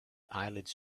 eyelids